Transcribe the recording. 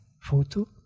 photo